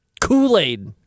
Kool-Aid